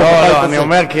בבית הזה.